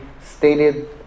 stated